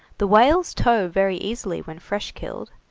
the whales tow very easily when fresh killed,